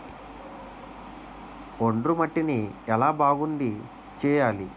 ఒండ్రు మట్టిని ఎలా బాగుంది చేయాలి?